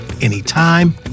anytime